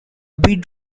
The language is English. bid